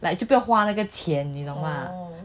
like 就不要花那个钱你懂吗